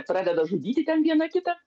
pradeda žudyti ten viena kitą